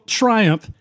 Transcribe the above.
triumph